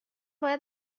باید